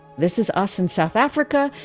this is us and south africa.